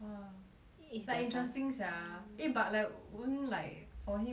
is like interesting sia eh but like won't like for him not stressful meh